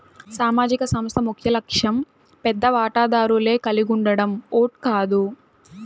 సామాజిక సంస్థ ముఖ్యలక్ష్యం పెద్ద వాటాదారులే కలిగుండడం ఓట్ కాదు